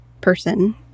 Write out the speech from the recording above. person